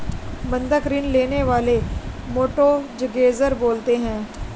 बंधक ऋण लेने वाले को मोर्टगेजेर बोलते हैं